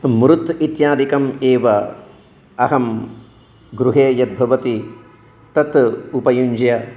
मुरुत् इत्यादिकम् एव अहं गृहे यद् भवति तत् उपयुज्य